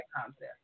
concept